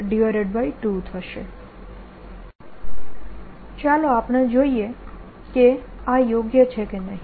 Energy Density120B212020n2I22 ચાલો આપણે જોઇએ કે આ યોગ્ય છે કે નહિ